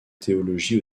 théologie